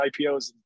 IPOs